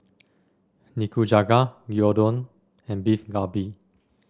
Nikujaga Gyudon and Beef Galbi